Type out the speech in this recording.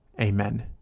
Amen